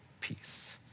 peace